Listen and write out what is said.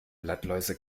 blattläuse